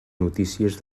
notícies